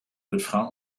refrain